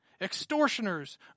extortioners